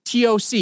TOC